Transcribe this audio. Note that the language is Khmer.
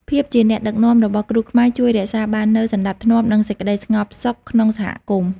ភាពជាអ្នកដឹកនាំរបស់គ្រូខ្មែរជួយរក្សាបាននូវសណ្តាប់ធ្នាប់ និងសេចក្តីស្ងប់សុខក្នុងសហគមន៍។